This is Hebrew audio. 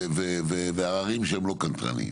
ועררים שהם לא קנטרניים.